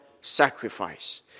sacrifice